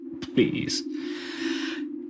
Please